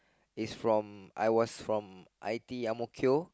is from I was from I_T_E Ang-Mo-Kio